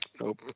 Nope